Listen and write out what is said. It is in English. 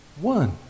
one